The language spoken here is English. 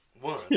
one